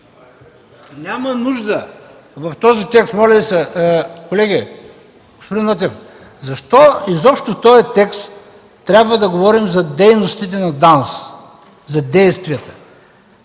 няма нужда в този текст… (Реплики.) Колеги, господин Нотев, защо изобщо в този текст трябва да говорим за дейностите на ДАНС, за действията?